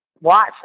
watch